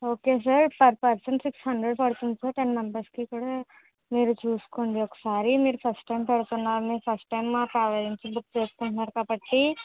okay sir per person six hundred పడుతుంది sir ten మెంబర్సుకి కూడా మీరు చూసుకోండి ఒకసారి మీరు ఫస్ట్ టైమ్ పెడుతున్నారని ఫస్ట్ టైము మా ట్రావెల్ ఏజెన్సీ బుక్ చేసుకుంటున్నారు కాబట్టి